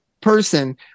person